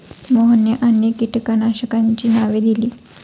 मोहनने अनेक कीटकनाशकांची नावे दिली